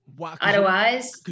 Otherwise